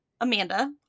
Amanda